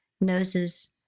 noses